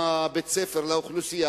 בתמוז התשס"ט,